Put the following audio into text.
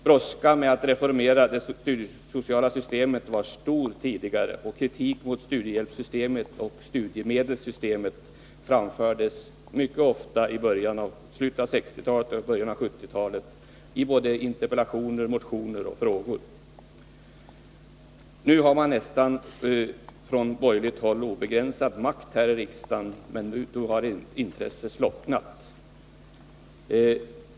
Brådskan med att reformera det studiesociala systemet var stor, och kritik mot studiehjälpssystemet och studiemedelssystemet framfördes mycket ofta i slutet av 1960-talet och i början av 1970-talet i interpellationer, motioner och frågor. Nu har man på borgerligt håll nästan obegränsad makt här i riksdagen, men då har intresset slocknat.